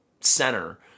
center